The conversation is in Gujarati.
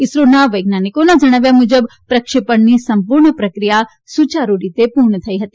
ઇસરોના વૈજ્ઞાનિકોના જણાવ્યા મુજબ પ્રક્ષેપણની સંપૂર્ણ પ્રક્રિયા સુચારૂ રીતે પૂર્ણ થઇ હતી